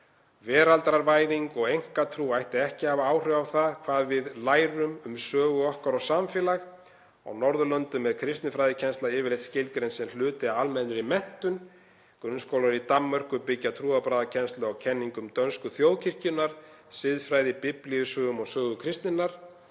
Veraldarvæðing og einkatrú ætti ekki að hafa áhrif á það hvað við lærum um sögu okkar og samfélag. Á Norðurlöndum er kristinfræðikennsla yfirleitt skilgreind sem hluti af almennri menntun. Grunnskólar í Danmörku byggja trúarbragðakennslu á kenningum dönsku þjóðkirkjunnar, siðfræði, biblíusögum og sögu kristninnar.